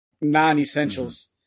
non-essentials